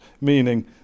meaning